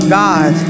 god